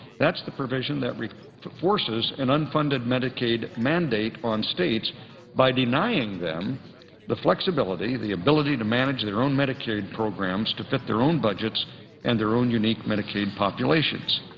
the provision that forces an unfunded medicaid mandate on states by denying them the flexibility, the ability to manage their own medicaid programs to fit their own budgets and their own unique medicaid populations.